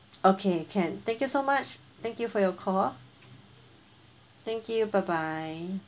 okay can thank you so much thank you for your call thank you bye bye